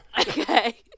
Okay